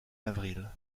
avril